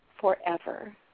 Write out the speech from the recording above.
forever